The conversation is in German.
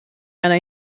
einer